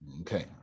okay